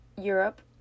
Europe